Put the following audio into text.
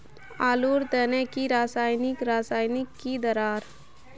आलूर तने की रासायनिक रासायनिक की दरकार?